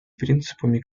принципами